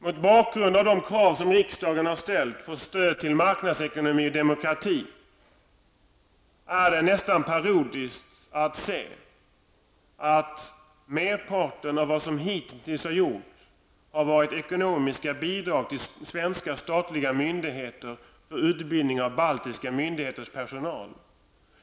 Mot bakgrund av de krav som riksdagen har ställt för stöd till marknadsekonomi och demokrati, är det nästan parodiskt att se att merparten av vad som hittills har gjorts har varit att ge ekonomiska bidrag till svenska statliga myndigheter för utbildning av baltiska myndigheters personal.